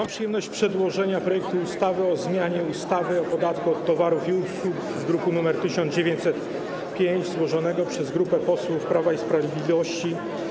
Mam przyjemność przedłożenia projektu ustawy o zmianie ustawy o podatku od towarów i usług z druku nr 1905 złożonego przez grupę posłów Prawa i Sprawiedliwości.